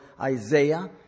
Isaiah